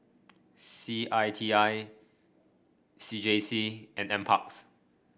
C I T I C J C and N parks